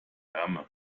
wärme